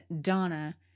Donna